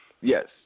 Yes